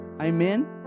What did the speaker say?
Amen